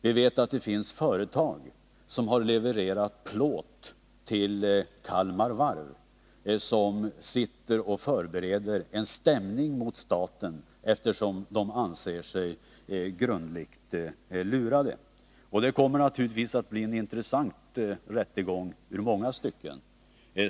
Vi vet att det finns ett företag som levererat plåt till Kalmar Varv, som sitter och förbereder en stämning mot staten, eftersom företaget anser sig grundligt lurat. Det kommer naturligtvis att bli en intressant rättegång ur många synpunkter.